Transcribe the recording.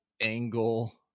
angle